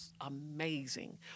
amazing